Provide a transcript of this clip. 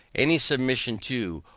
any submission to,